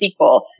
SQL